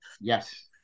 Yes